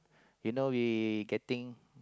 you know we getting